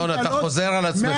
ינון, אתה חוזר על עצמך.